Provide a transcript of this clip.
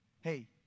hey